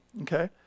okay